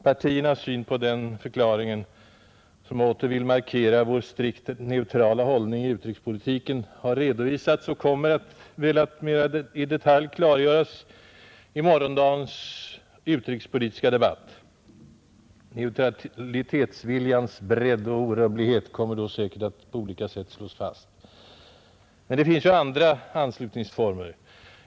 Partiernas syn på den förklaringen, som åter vill markera vår strikt neutrala hållning i utrikespolitiken, har redovisats och kommer väl att mera i detalj klargöras i morgondagens utrikespolitiska debatt. Neutralitetsviljans bredd och orubblighet kommer då säkert att på olika sätt slås fast. Men det finns ju andra anslutningsformer.